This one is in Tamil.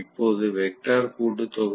இப்போது வெக்டர் கூட்டு தொகை இதுவாக இருக்கும்